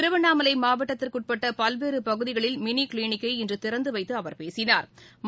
திருவன்ணாமலை மாவட்டத்திற்கு உட்பட்ட பல்வேறு பகுதிகளில் மினி கிளினிக்கை இன்று திறந்து வைத்து அவர் பேசினா்